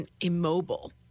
immobile